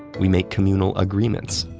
we make communal agreements,